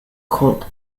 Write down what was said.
called